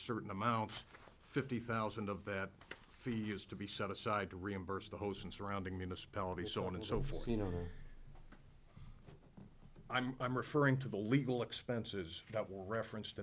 certain amount fifty thousand of that feat used to be set aside to reimburse the hose and surrounding municipalities so on and so forth you know i'm i'm referring to the legal expenses that were referenced